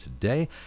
today